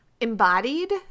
embodied